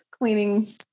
cleaning